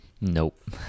Nope